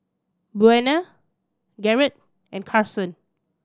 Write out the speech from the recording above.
Buena Garett and Carsen